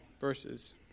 verses